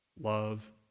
Love